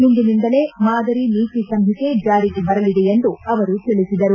ಇಂದಿನಿಂದಲೇ ಮಾದರಿ ನೀತಿ ಸಂಹಿತೆ ಜಾರಿಗೆ ಬರಲಿದೆ ಎಂದು ಅವರು ತಿಳಿಸಿದರು